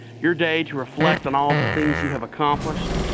your day to reflect on all of the things you have accomplished,